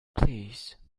please